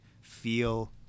feel